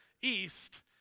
east